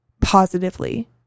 positively